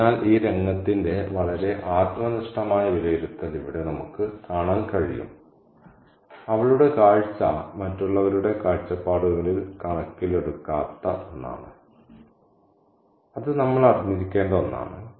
അതിനാൽ ഈ രംഗത്തിന്റെ വളരെ ആത്മനിഷ്ഠമായ വിലയിരുത്തൽ ഇവിടെ നമുക്ക് കാണാൻ കഴിയും അവളുടെ കാഴ്ച മറ്റുള്ളവരുടെ കാഴ്ചപ്പാടുകൾ കണക്കിലെടുക്കാത്ത ഒന്നാണ് അത് നമ്മൾ അറിഞ്ഞിരിക്കേണ്ട ഒന്നാണ്